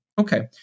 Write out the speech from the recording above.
Okay